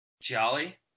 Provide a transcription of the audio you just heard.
jolly